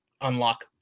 unlock